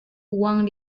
uang